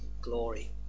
glory